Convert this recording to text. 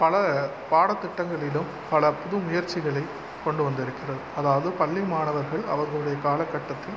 பல பாடத்திட்டங்களிலும் பல புது முயற்சிகளை கொண்டு வந்திருக்கிறது அதாவது பள்ளி மாணவர்கள் அவர்களுடைய காலகட்டத்தில்